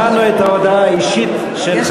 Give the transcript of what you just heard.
שמענו את ההודעה האישית של חברת הכנסת,